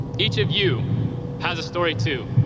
each of you has a story too,